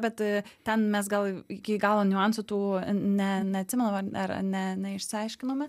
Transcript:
bet ten mes gal iki galo niuansų tų ne neatsimenam ar ne neišsiaiškinome